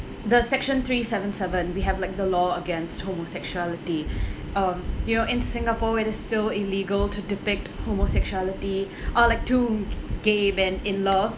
the section three seven seven we have like the law against homosexuality um you know in singapore it is still illegal to depict homosexuality or like two gay man in love